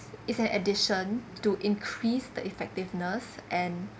it's an addition to increase the effectiveness and